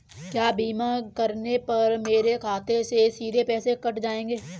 क्या बीमा करने पर मेरे खाते से सीधे पैसे कट जाएंगे?